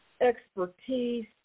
expertise